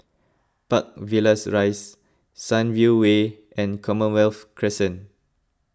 Park Villas Rise Sunview Way and Commonwealth Crescent